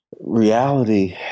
reality